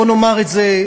בוא נאמר את זה,